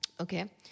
Okay